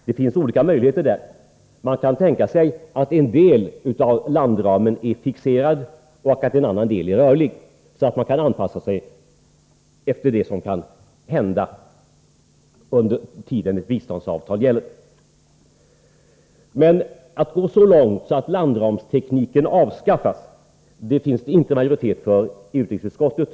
Det finns olika möjligheter i det avseendet. Man kan tänka sig att en del av landramen är fixerad och att en annan del är rörlig, så att man därigenom kan anpassa sig till sådant som kan hända under den tid då biståndsavtal gäller. Men att man skall gå så långt som till att avskaffa landramstekniken finns det inte majoritet för i utrikesutskottet.